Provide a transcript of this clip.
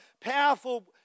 powerful